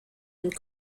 and